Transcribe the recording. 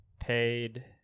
paid